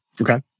Okay